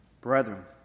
brethren